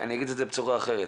אני אגיד את זה בצורה אחרת,